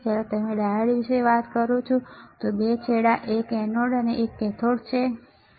જ્યારે તમે ડાયોડ વિશે વાત કરો છો બે છેડા એક એનોડ એક કેથોડ છે બરાબર